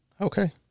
Okay